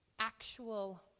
actual